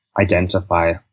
identify